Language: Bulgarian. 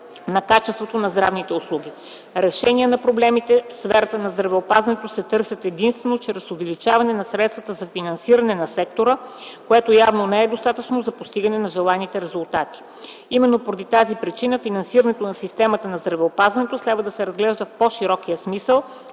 на качество на здравните услуги. Решения на проблемите в сферата на здравеопазването се търсят единствено чрез увеличение на средствата за финансиране за сектора, което явно не е достатъчно за постигане на желаните резултати. Именно поради тази причина, финансирането на системата на здравеопазването следва да се разглежда в по-широкия смисъл